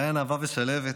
מעין אהבה ושלהבת,